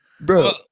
bro